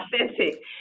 authentic